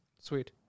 sweet